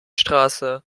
straße